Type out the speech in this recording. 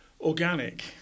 organic